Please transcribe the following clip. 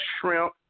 shrimp